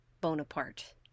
Bonaparte